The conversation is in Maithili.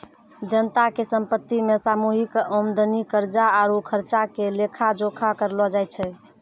जनता के संपत्ति मे सामूहिक आमदनी, कर्जा आरु खर्चा के लेखा जोखा करलो जाय छै